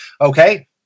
Okay